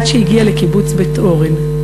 עד שהגיע לקיבוץ בית-אורן.